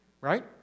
Right